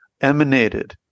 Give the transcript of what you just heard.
emanated